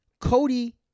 Cody